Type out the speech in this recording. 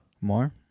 more